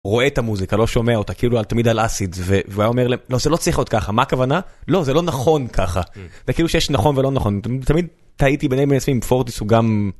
רואה את המוזיקה, לא שומע אותה, כאילו תמיד על אסיד, והוא היה אומר, לא, זה לא צריך להיות ככה, מה הכוונה? לא, זה לא נכון ככה, זה כאילו שיש נכון ולא נכון, תמיד, תהיתי ביני לבין עצמי, אם פורטיס הוא גם...